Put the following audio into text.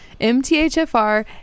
MTHFR